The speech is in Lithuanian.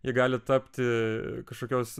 ji gali tapti kažkokios